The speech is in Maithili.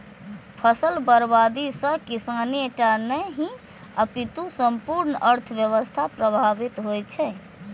फसल बर्बादी सं किसाने टा नहि, अपितु संपूर्ण अर्थव्यवस्था प्रभावित होइ छै